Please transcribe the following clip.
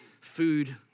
food